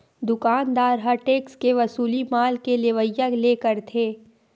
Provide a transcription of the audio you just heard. दुकानदार ह टेक्स के वसूली माल के लेवइया ले करथे